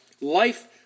Life